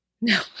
No